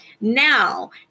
Now